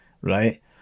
Right